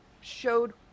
showed